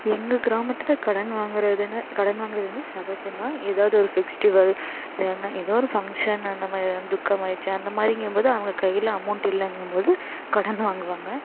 எங்கள் கிராமத்தில் கடன் வாங்குறதுன்னு கடன் வாங்குறது வந்து சகஜம்தான் ஏதாவது ஒரு ஃபெக்ஷ்டிவல் இல்லைனா என்ன ஏதோ ஒரு பங்க்ஷன் அந்த மாதிரி வந் துக்கமாயிடுச்சு அந்த மாரிங்கிம்போது அவங்க கையில அமௌண்ட் இல்லைங்கும்போது கடன் வாங்குவாங்க